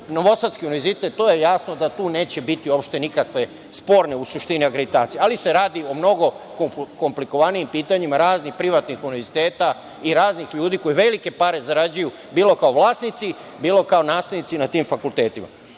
novosadski univerzitet, to je jasno da tu neće biti nikakve sporne, u suštini akreditacije, ali se radi o mnogo komplikovanijim pitanjima raznih privatnih univerziteta i raznih ljudi koji velike pare zarađuju, bilo kao vlasnici, bilo kao nastavnici na tim fakultetima. Moram